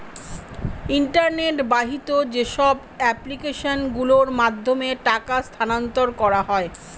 internet বাহিত যেসব application গুলোর মাধ্যমে টাকা স্থানান্তর করা হয়